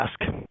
ask